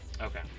Okay